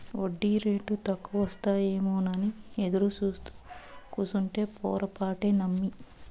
ఒడ్డీరేటు తక్కువకొస్తాయేమోనని ఎదురుసూత్తూ కూసుంటే పొరపాటే నమ్మి